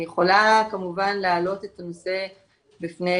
אני יכולה כמובל להעלות את הנושא בפני